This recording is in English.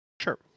Sure